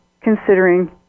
considering